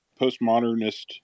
postmodernist